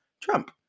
trump